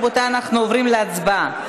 רבותי, אנחנו עוברים להצבעה.